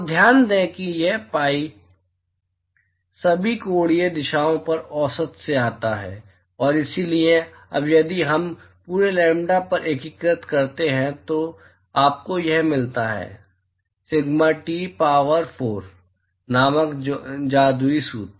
तो ध्यान दें कि यह पीआई सभी कोणीय दिशाओं पर औसत से आता है और इसलिए अब यदि हम पूरे लैम्ब्डा पर एकीकृत करते हैं तो आपको यह मिलता है सिग्मा टी पावर फोर नामक जादुई सूत्र